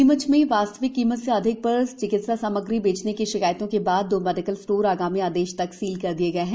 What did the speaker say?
नीमच में वास्तविक कीमत से अधिक पर चिकित्सा सामग्री बेचने की शिकायतों के बाद दो मेडिकल स्टोर आगामी आदेश तक सील कर दिए गए है